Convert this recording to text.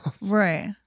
Right